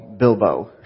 Bilbo